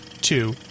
two